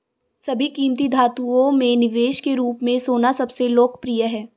सभी कीमती धातुओं में निवेश के रूप में सोना सबसे लोकप्रिय है